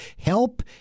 help